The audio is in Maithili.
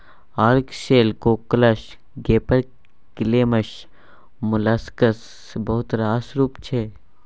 ark shell, cockles, gaper clams मोलेस्काक बहुत रास रुप छै